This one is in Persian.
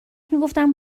میگفتم